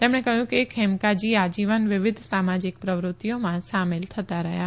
તેમણે કહ્યું કે ખેમકાજી આજીવન વિવિધ સામાજીક પ્રવૃતિઓમા સામેલ થતા રહયાં